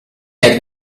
had